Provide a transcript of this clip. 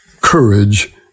courage